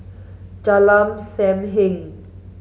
Jalan Sam Heng